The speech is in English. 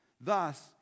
Thus